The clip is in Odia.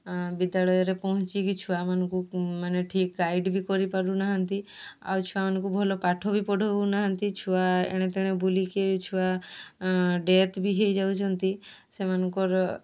ବିଦ୍ୟାଳୟରେ ପହଞ୍ଚିକି ଛୁଆମାନଙ୍କୁ ମାନେ ଠିକ୍ ଗାଇଡ଼୍ ବି କରିପାରୁନାହାନ୍ତି ଆଉ ଛୁଆମାନଙ୍କୁ ଭଲ ପାଠ ବି ପଢ଼ାଉନାହାନ୍ତି ଛୁଆ ଏଣେ ତେଣେ ବୁଲିକି ଛୁଆ ଡେଥ୍ ବି ହୋଇଯାଉଛନ୍ତି ସେମାନଙ୍କର